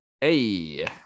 Hey